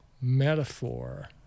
metaphor